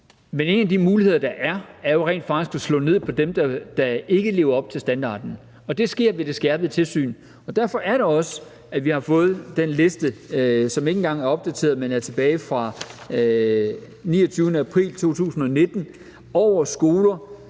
(V): En af de muligheder, der er, er jo rent faktisk at slå ned på dem, der ikke lever op til standarden. Det sker ved det skærpede tilsyn. Derfor er det også, at vi har fået den liste, som ikke engang er opdateret, men er tilbage fra den 29. april 2019, over skoler